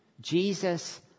Jesus